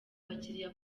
abakiriya